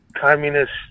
Communist